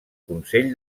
consell